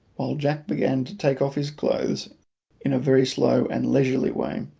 while jack began to take off his clothes in a very slow and leisurely way.